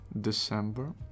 december